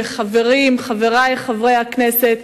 וחברי חברי הכנסת,